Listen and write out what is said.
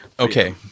Okay